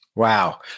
Wow